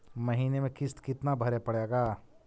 महीने में किस्त कितना भरें पड़ेगा?